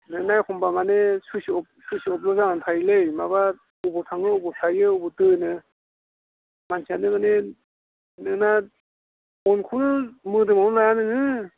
नोंना एखमब्ला माने सुइस्ट अफ सुइस्ट अफल' जाना थायोलै माबा अबाव थाङो अबाव थायो अबाव दोनो मानसियानो माने नोंना फनखौनो मोदोमावनो लाया नोङो